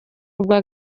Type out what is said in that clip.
ubwa